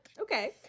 Okay